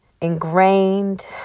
ingrained